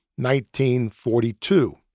1942